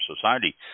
society